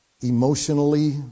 emotionally